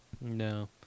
no